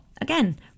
again